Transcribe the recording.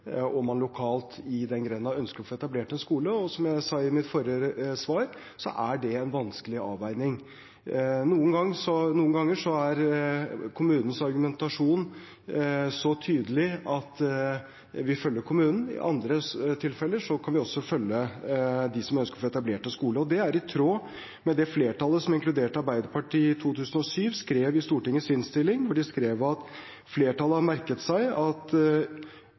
og man lokalt i den grenda ønsker å få etablert en skole. Som jeg sa i mitt forrige svar, er det en vanskelig avveining. Noen ganger er kommunens argumentasjon så tydelig at vi følger kommunen, i andre tilfeller kan vi følge dem som ønsker å få etablert en skole. Det er i tråd med det flertallet, inkludert Arbeiderpartiet, som i 2007 skrev i Stortingets innstilling: «Flertallet har merket seg at